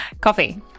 Coffee